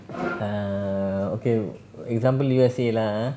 ah okay example U_S_A lah ah